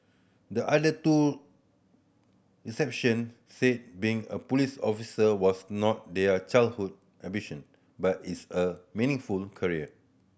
the other two reception said being a police officer was not their childhood ambition but is a meaningful career